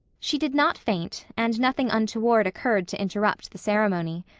she did not faint, and nothing untoward occurred to interrupt the ceremony.